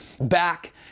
back